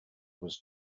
was